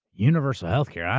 universal healthcare. oh,